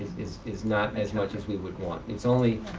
it's it's not as much as we would want. it's only,